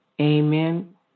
Amen